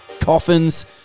coffins